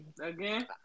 again